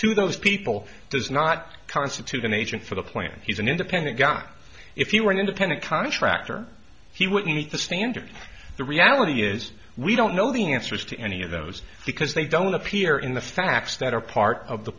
to those people does not constitute an agent for the point he's an independent got if you were an independent contractor he wouldn't meet the standard the reality is we don't know the answers to any of those because they don't appear in the facts that are part of the